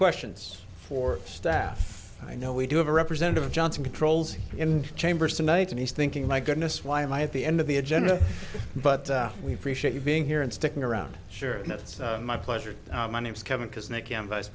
questions for staff i know we do have a representative johnson controls in chambers tonight and he's thinking my goodness why am i at the end of the agenda but we being here and sticking around sure that's my pleasure my name's kevin because nicky i'm vice